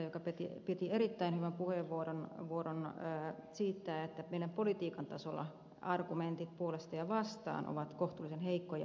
akaan penttilä piti erittäin hyvän puheenvuoron siitä että politiikan tasolla argumentit puolesta ja vastaan ovat kohtuullisen heikkoja olleet